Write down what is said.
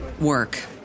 work